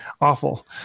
awful